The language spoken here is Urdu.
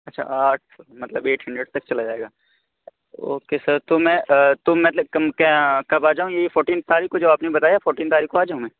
اچھا آٹھ مطلب ایٹ ہنڈریڈ تک چلا جائے گا اوکے سر تو میں تو میں کب آ جاؤں یہی فورٹین تاریخ کو جو آپ نے بتایا فورٹین تاریخ کو آ جاؤں میں